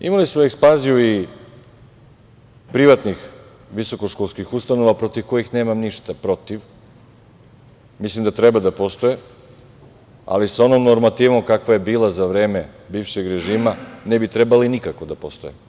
Imali smo ekspanziju i privatnih visokoškolskih ustanova, protiv kojih nemam ništa protiv, mislim da treba da postoje, ali sa onom normativom kakva je bila za vreme bivšeg režima ne bi trebalo nikako da postoje.